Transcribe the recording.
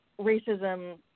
racism